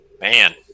Man